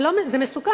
זה מסוכן.